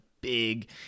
big